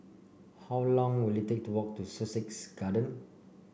how long will it take to walk to Sussex Garden